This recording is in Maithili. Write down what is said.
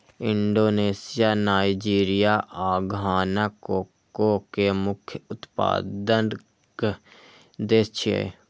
इंडोनेशिया, नाइजीरिया आ घाना कोको के मुख्य उत्पादक देश छियै